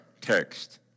text